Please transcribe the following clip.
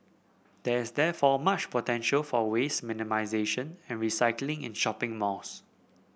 there is therefore much potential for waste minimisation and recycling in shopping malls